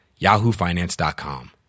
yahoofinance.com